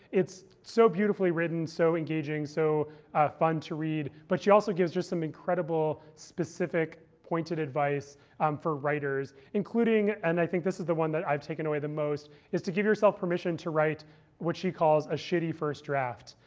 it's so beautifully written, so engaging, so fun to read. but she also gives you some incredible specific, pointed advice for writers, including and i think this is the one that i've taken away the most is to give yourself permission to write what she calls a shitty first draft,